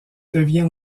devient